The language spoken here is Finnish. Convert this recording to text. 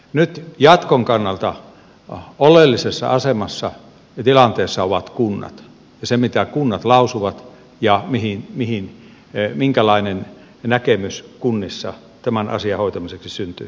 nyt jatkon kannalta oleellisessa asemassa ja tilanteessa ovat kunnat ja se mitä kunnat lausuvat ja minkälainen näkemys kunnissa tämän asian hoitamiseksi syntyy